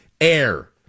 air